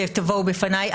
כשתבואו בפניי,